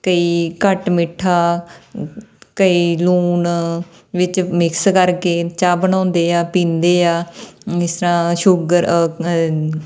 ਕਈ ਘੱਟ ਮਿੱਠਾ ਕਈ ਲੂਣ ਵਿੱਚ ਮਿਕਸ ਕਰ ਕੇ ਚਾਹ ਬਣਾਉਂਦੇ ਆ ਪੀਂਦੇ ਆ ਜਿਸ ਤਰ੍ਹਾਂ ਸ਼ੂਗਰ